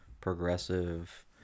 progressive